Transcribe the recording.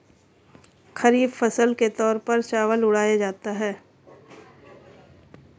खरीफ फसल के तौर पर चावल उड़ाया जाता है